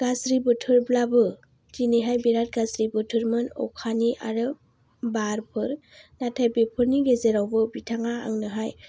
गाज्रि बोथोरब्लाबो दिनैहाय बिराद गाज्रि बोथोरमोन अखानि आरो बारफोर नाथाय बेफोरनि गेजेरावबो बिथांआ आंनोहाय